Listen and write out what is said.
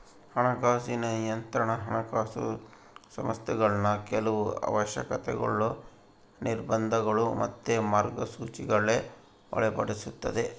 ಹಣಕಾಸಿನ ನಿಯಂತ್ರಣಾ ಹಣಕಾಸು ಸಂಸ್ಥೆಗುಳ್ನ ಕೆಲವು ಅವಶ್ಯಕತೆಗುಳು, ನಿರ್ಬಂಧಗುಳು ಮತ್ತೆ ಮಾರ್ಗಸೂಚಿಗುಳ್ಗೆ ಒಳಪಡಿಸ್ತತೆ